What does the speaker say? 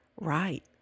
right